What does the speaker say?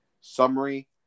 summary